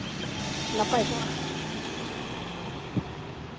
ᱱᱟᱯᱟᱭ ᱠᱚᱜᱼᱟ